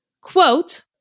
quote